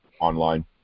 online